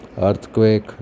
Earthquake